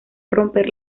romper